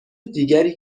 دیگری